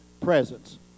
presence